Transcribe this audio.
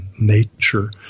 nature